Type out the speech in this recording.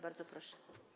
Bardzo proszę.